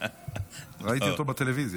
לי,